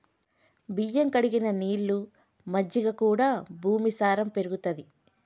బియ్యం కడిగిన నీళ్లు, మజ్జిగ కూడా భూమి సారం పెరుగుతది